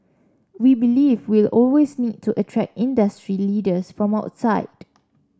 we believe we'll always need to attract industry leaders from outside